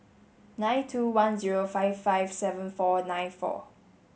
nine two one zero five five seven four nine four